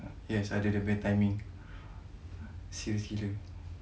yes ada dia punya timing serious gila